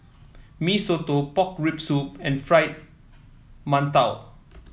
Mee Soto Pork Rib Soup and Fried Mantou